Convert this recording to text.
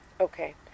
Okay